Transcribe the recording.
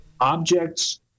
objects